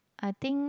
I think